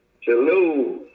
Hello